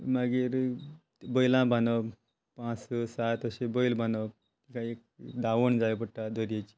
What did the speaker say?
मागीर बैलां बांदप पांच सात अशे बैल बांदप एक दावण जाय पडटा दोरेची